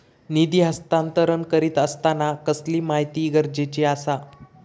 निधी हस्तांतरण करीत आसताना कसली माहिती गरजेची आसा?